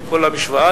וכל המשוואה,